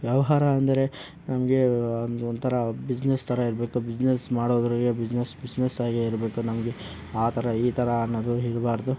ವ್ಯವಹಾರ ಅಂದರೆ ನಮಗೆ ಒಂದು ಒಂಥರ ಬಿಸ್ನೆಸ್ ಥರ ಇರಬೇಕು ಬಿಸ್ನೆಸ್ ಮಾಡೋವ್ರಿಗೆ ಬಿಸಿನೆಸ್ ಬಿಸ್ನೆಸ್ ಆಗೇ ಇರಬೇಕು ನಮಗೆ ಆ ಥರ ಈ ಥರ ಅನ್ನೋದು ಇರಬಾರ್ದು